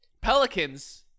Pelicans